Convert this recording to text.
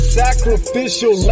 sacrificial